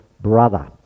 brother